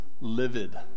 livid